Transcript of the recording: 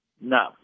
No